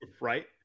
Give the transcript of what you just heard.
right